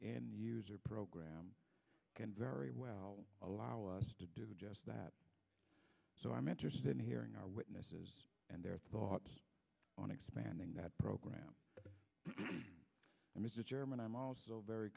and user program can very well allow us to do just that so i'm interested in hearing our witnesses and their thoughts on expanding that program and as a german i'm also very